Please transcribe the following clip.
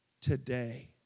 Today